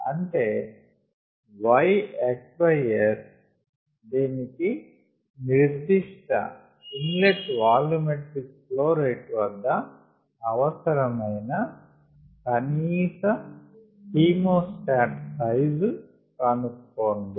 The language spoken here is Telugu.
అంటే Y xS దీనికి నిర్దిష్ట inlet volumetric flow rate వద్ద అవసరమయిన కనీస ఖీమో స్టాట్ సైజు కనుక్కోండి